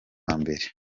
mbere